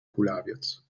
kulawiec